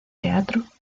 teatro